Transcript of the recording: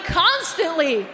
constantly